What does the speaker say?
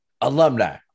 alumni